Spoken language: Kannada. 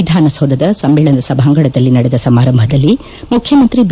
ವಿಧಾನ ಸೌಧದ ಸಮ್ಮೇಳನ ಸಭಾಂಗಣದಲ್ಲಿ ನಡೆದ ಸಮಾರಂಭದಲ್ಲಿ ಮುಖ್ಚಮಂತ್ರಿ ಬಿ